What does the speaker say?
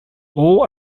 all